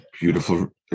beautiful